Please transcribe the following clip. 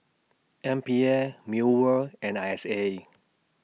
M P A Mewr and I S A